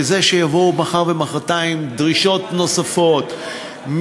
בזה שיבואו מחר ומחרתיים דרישות נוספות,